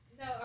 No